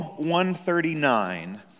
139